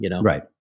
Right